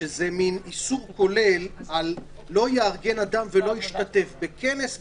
שזה מין איסור כולל על לא יארגן אדם ולא ישתתף בכנס,